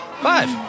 Five